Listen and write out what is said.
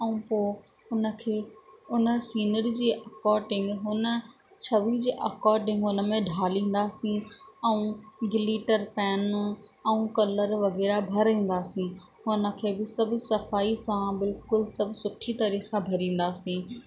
ऐं पोइ हुनखे हुन सीनरी जी अकोर्डिंग हुन छवि जे अकॉर्डिंग हुन में ढालींदासीं ऐं गिलीटर पेन ऐं कलर वग़ैरह भरींदासीं हुनखे बि सभु सफ़ाई सां बिल्कुलु सभु सुठी तरह सां भरींदासीं